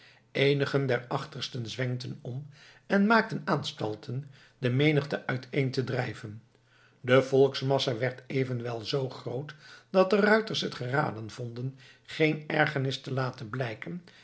eenigen der achtersten zwenkten om en maakten aanstalten de menigte uiteen te drijven de volksmassa werd evenwel zoo groot dat de ruiters het geraden vonden geen ergernis te laten blijken